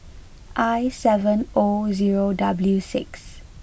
I seven O zero W six